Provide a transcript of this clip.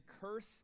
curse